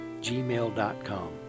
gmail.com